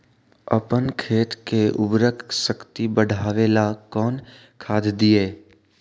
अपन खेत के उर्वरक शक्ति बढावेला कौन खाद दीये?